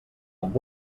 amb